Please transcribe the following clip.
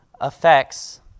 affects